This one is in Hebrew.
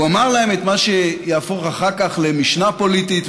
הוא אמר להם את מה שיהפוך אחר כך למשנה פוליטית,